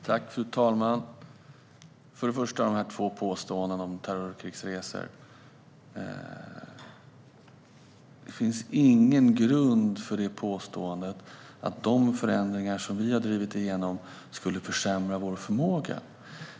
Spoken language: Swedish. Fru talman! Först och främst vill jag säga något om de båda påståendena om terrorkrigsresor: Det finns ingen grund för påståendet att de förändringar som vi har drivit igenom skulle försämra vår förmåga.